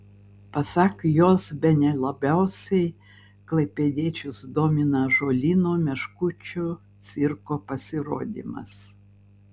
pasak jos bene labiausiai klaipėdiečius domina ąžuolyno meškučių cirko pasirodymas